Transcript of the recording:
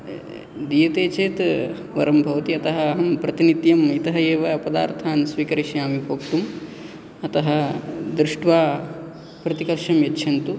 दीयते चेत् वरं भवति अतः अहं प्रतिनित्यम् इतः एव पदार्थान् स्वीकरिष्यामि भोक्तुम् अतः दृष्ट्वा प्रतिकर्षं यच्छन्तु